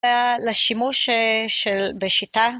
לשימוש של.. בשיטה